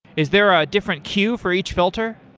is there a different queue for each filter?